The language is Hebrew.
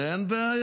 זה, אין בעיה.